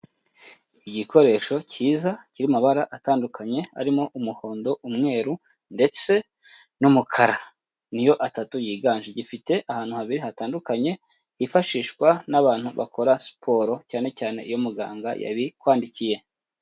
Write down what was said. Igikoresho cyiza kiri mu mabara atandukanye arimo umuhondo, umweru ndetse n'umukara niyo atatu yiganje, gifite ahantu habiri hatandukanye hifashishwa n'abantu bakora siporo cyane cyane iyo muganga yabikwandikiye.